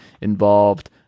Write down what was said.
involved